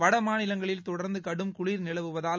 வடமாநிலங்களில் மக்களின் தொடர்ந்து கடும் குளிர் நிலவுவதால்